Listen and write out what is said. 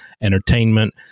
entertainment